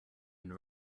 and